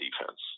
defense